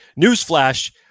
Newsflash